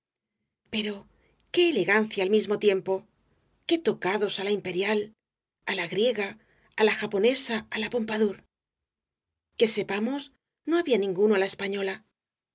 pero qué elegancia al mismo tiempo qué tocados á la imperial á la griega á la japonesa á la pompadour que sepamos no había ninguno á la española